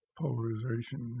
polarization